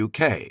UK